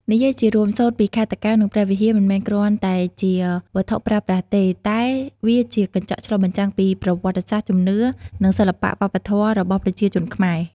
និយាយជារួម សូត្រពីខេត្តតាកែវ និងព្រះវិហារ មិនមែនគ្រាន់តែជាវត្ថុប្រើប្រាស់ទេ តែវាជាកញ្ចក់ឆ្លុះបញ្ចាំងពីប្រវត្តិសាស្ត្រ ជំនឿ និងសិល្បៈវប្បធម៌របស់ប្រជាជនខ្មែរ។